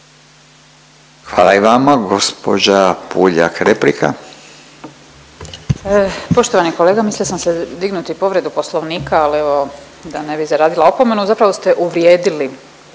Marijana (Centar)** Poštovani kolega, mislila sam dignuti povredu Poslovnika, al evo da ne bi zaradila opomenu, zapravo ste uvrijedili